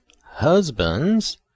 husbands